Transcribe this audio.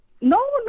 no